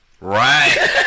Right